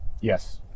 Yes